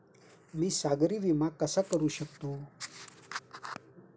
मी सागरी विमा कसा करू शकतो?